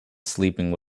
sleeping